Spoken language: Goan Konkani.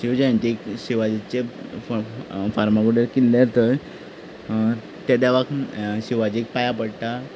शीव जयंतीक शिवाजीचे फार्मागुडयेर किल्ल्यार थंय ते देवाक शिवाजीक पांयां पडटा